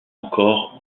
encore